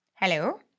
Hello